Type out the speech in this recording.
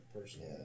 personally